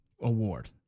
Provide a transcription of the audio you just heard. award